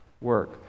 work